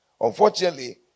Unfortunately